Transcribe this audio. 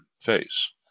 face